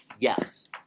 Yes